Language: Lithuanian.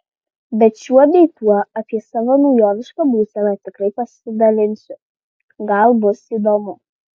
bet šiuo bei tuo apie savo naujovišką būseną tikrai pasidalinsiu gal bus įdomu